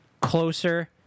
closer